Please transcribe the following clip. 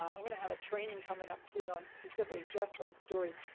i'm gonna have a training coming up soon on specifically just on stories.